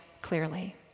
clearly